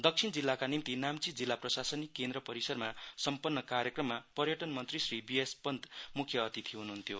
दक्षिण जिल्लाका निम्ति नाम्ची जिल्ला प्रसाशनिक केन्द्र परिसरमा सम्पन्न कार्यक्रममा पर्यटन मन्त्री श्री बीएस पन्त मुख्य अतिथि हुनुहुन्थ्यो